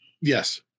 Yes